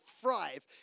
thrive